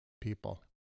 people